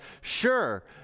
sure